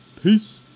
peace